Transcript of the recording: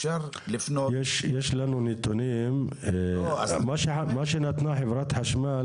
אפשר לפנות --- מה שנתנה חברת החשמל,